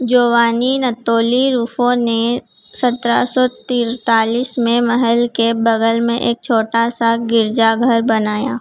Giovanni Natoli Ruffo ने सत्रह सौ तिरालिस में महल के बगल में एक छोटा सा गिरजाघर बनाया